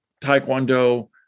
Taekwondo